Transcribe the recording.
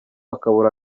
akabura